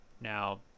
Now